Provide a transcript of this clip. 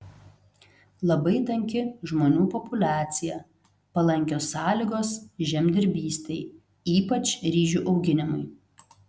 labai tanki žmonių populiacija palankios sąlygos žemdirbystei ypač ryžių auginimui